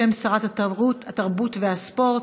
בשם שרת התרבות והספורט.